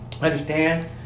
Understand